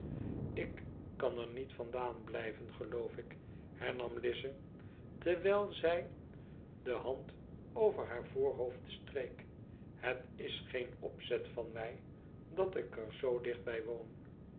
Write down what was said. mij ikkan er niet vandaan blijven geloof ik hernam lize terwijl zij de hand over haar voorhoofd streek thet is geen opzet van mij dat ik er zoo dicht bij woon